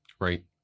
Right